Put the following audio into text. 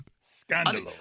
Scandal